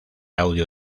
audio